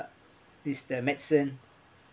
is the medicine